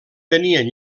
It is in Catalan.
tenien